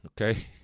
okay